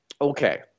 okay